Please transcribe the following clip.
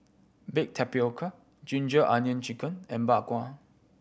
baked tapioca ginger onion chicken and Bak Kwa